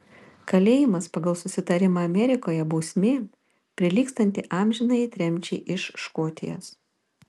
kalėjimas pagal susitarimą amerikoje bausmė prilygstanti amžinai tremčiai iš škotijos